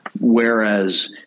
Whereas